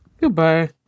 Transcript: goodbye